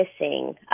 missing